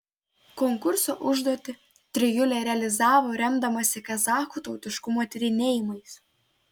konkurso užduotį trijulė realizavo remdamasi kazachų tautiškumo tyrinėjimais